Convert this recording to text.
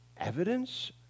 Evidence